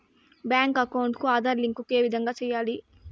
Bank account కి Aadhaar link ఏ విధంగా సెయ్యాలి?